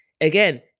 again